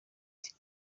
ati